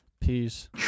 Peace